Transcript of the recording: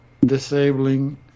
disabling